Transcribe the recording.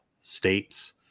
states